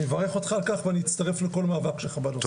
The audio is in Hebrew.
אני מברך אותך על כך ואצטרף לכל מאבק שלך בנושא.